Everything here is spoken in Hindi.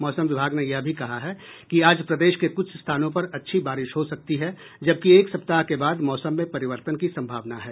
मौसम विभाग ने यह भी कहा है कि आज प्रदेश के कुछ स्थानों पर अच्छी बारिश हो सकती है जबकि एक सप्ताह के बाद मौसम में परिवर्तन की सम्भावना है